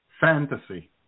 Fantasy